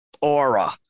aura